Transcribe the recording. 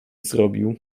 zrobił